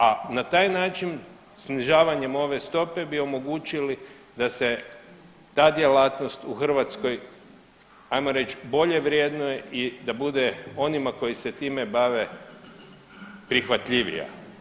A na taj način snižavanjem ove stope bi omogućili da se ta djelatnost u Hrvatskoj ajmo reći bolje vrednuje i da bude onima koji se time bave prihvatljivija.